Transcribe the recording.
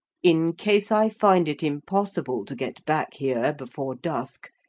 in case i find it impossible to get back here before dusk,